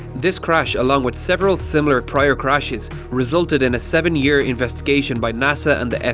this crash, along with several similar prior crashes, resulted in a seven year investigation by nasa and the